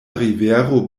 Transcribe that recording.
rivero